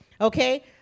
Okay